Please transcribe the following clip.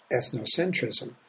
ethnocentrism